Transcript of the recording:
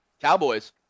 Cowboys